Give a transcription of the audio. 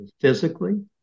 physically